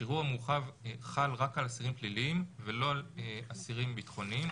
השחרור המורחב חל רק על אסירים פליליים ולא על אסירים ביטחוניים.